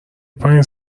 پنج